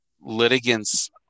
litigants